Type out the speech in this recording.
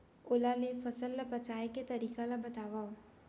ओला ले फसल ला बचाए के तरीका ला बतावव?